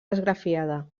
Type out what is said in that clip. esgrafiada